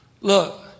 Look